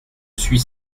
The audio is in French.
suis